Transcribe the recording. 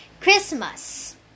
Christmas